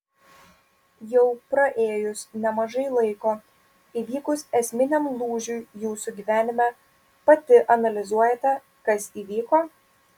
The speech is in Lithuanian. jau praėjus nemažai laiko įvykus esminiam lūžiui jūsų gyvenime pati analizuojate kas įvyko